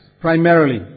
Primarily